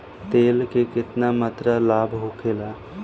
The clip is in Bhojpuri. तेल के केतना मात्रा लाभ होखेला?